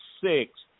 Six